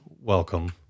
Welcome